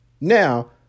Now